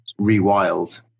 rewild